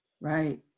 Right